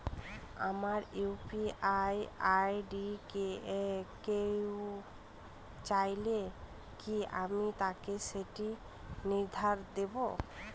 আমার UPI ID কেউ চাইলে কি আমি তাকে সেটি নির্দ্বিধায় দেব?